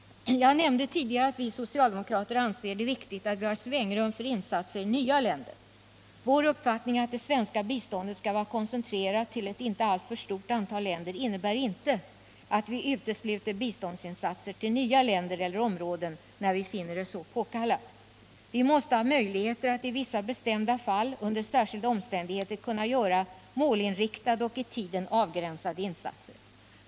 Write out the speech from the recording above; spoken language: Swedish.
Jag nämnde tidigare att vi socialdemokrater anser det viktigt att vi har svängrum för insatser i nya länder. Vår uppfattning att det svenska biståndet skall vara koncentrerat till ett inte alltför stort antal länder innebär inte att vi utesluter biståndsinsatser till nya länder eller områden, när vi finner det så påkallat. Vi måste ha möjligheter att i vissa bestämda fall under särskilda omständigheter kunna göra målinriktade och i tiden avgränsade insatser.